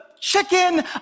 chicken